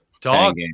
Dog